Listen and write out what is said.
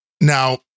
Now